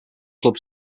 club